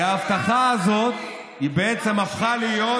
כי ההבטחה הזאת בעצם הפכה להיות,